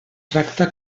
tracta